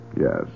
yes